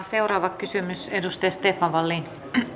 seuraava kysymys edustaja stefan wallin